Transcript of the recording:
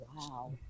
wow